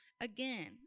Again